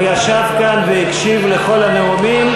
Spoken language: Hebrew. הוא ישב כאן והקשיב לכל הנאומים,